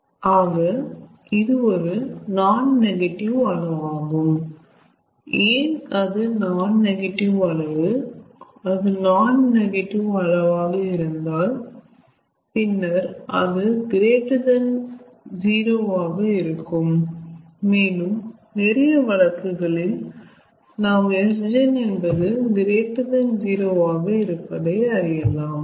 ஆக இது ஒரு நான் நெகடிவ் அளவு ஆகும் ஏன் அது நான் நெகடிவ் அளவு அது நான் நெகடிவ் அளவாக இருந்தால் பின்னல் அது 0 ஆக இருக்கும் மேலும் நிறைய வழக்குகளில் நாம் Sgen என்பது 0 ஆக இருப்பதை அறியலாம்